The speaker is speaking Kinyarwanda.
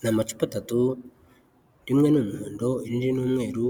Ni amacupa atatu rimwe n'umuhondo irindi nimweru